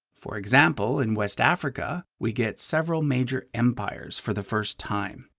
for example, in west africa, we get several major empires for the first time,